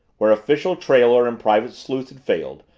where official trailer and private sleuth had failed,